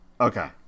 Okay